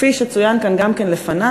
כפי שצוין כאן גם כן לפני,